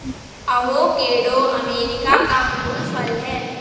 avocado America का मूल फल है